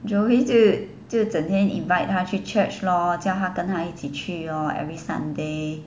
joey 就整天 invite 他去 church lor 叫他跟她一起去 lor every sunday